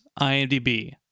IMDb